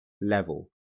level